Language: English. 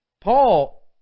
Paul